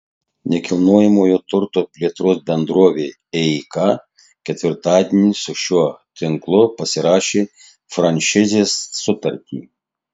nekilnojamojo turto plėtros bendrovė eika ketvirtadienį su šiuo tinklu pasirašė franšizės sutartį